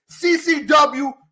CCW